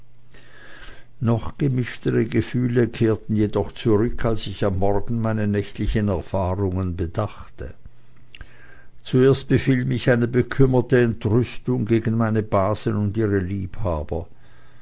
noch gemischtere gefühle jedoch kehrten zurück als ich am morgen meine nächtlichen erfahrungen bedachte zuerst befiel mich eine bekümmerte entrüstung gegen meine basen und ihre liebhaber